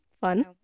Fun